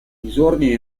disordine